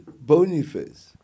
Boniface